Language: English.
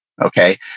Okay